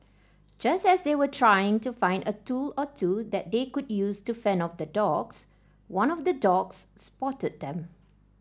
just as they were trying to find a tool or two that they could use to fend off the dogs one of the dogs spotted them